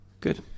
good